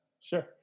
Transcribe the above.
Sure